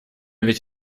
ведь